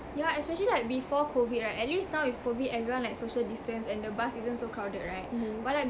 yeah especially like before COVID right at least now with COVID everyone like social distance and the bus isn't so crowded right but like